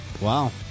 Wow